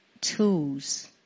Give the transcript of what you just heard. tools